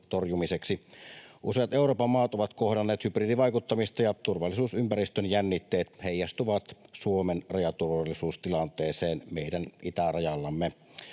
Useat Euroopan maat ovat kohdanneet hybridivaikuttamista, ja turvallisuusympäristön jännitteet heijastuvat Suomen rajaturvallisuustilanteeseen meidän itärajallamme.